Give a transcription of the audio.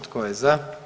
Tko je za?